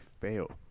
fail